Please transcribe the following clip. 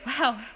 Wow